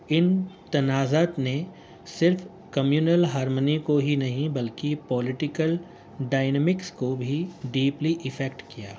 ان تنازعات نے صرف کمیونل ہارمونی کو ہی نہیں بلکہ پولیٹیکل ڈائنمکس کو بھی ڈیپلی افیکٹ کیا